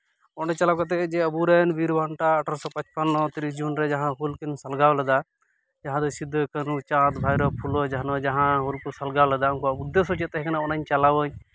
ᱚᱸᱰᱮ ᱪᱟᱞᱟᱣ ᱠᱟᱛᱮ ᱟᱵᱚ ᱨᱮᱱ ᱵᱤᱨ ᱵᱟᱱᱴᱟ ᱟᱴᱷᱨᱚᱥᱚ ᱯᱚᱧᱪᱟᱱᱱᱚ ᱛᱤᱨᱤᱥᱟ ᱡᱩᱱ ᱨᱮ ᱡᱟᱦᱟᱸ ᱦᱩᱞ ᱠᱤᱱ ᱥᱟᱢᱜᱟᱣ ᱞᱮᱫᱟ ᱡᱟᱦᱟᱨᱮ ᱥᱤᱫᱩ ᱠᱟᱹᱱᱦᱩ ᱪᱟᱸᱫᱽ ᱵᱷᱟᱹᱭᱨᱳ ᱯᱷᱩᱞᱳ ᱡᱷᱟᱱᱳ ᱡᱟᱦᱟᱸ ᱦᱩᱞ ᱠᱚ ᱥᱟᱞᱜᱟᱣ ᱞᱮᱫᱟ ᱩᱱᱠᱩᱣᱟᱜ ᱩᱫᱽᱫᱮᱥᱥᱚ ᱪᱮᱫ ᱛᱟᱦᱮᱸ ᱠᱟᱱᱟ ᱚᱱᱟᱧ ᱪᱟᱞᱟᱣ ᱟᱹᱧ